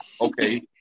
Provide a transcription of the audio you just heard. okay